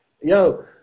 Yo –